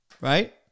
Right